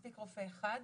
מספיק רופא אחד.